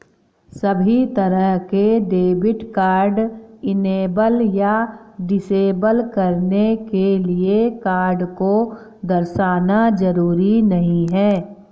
सभी तरह के डेबिट कार्ड इनेबल या डिसेबल करने के लिये कार्ड को दर्शाना जरूरी नहीं है